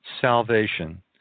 salvation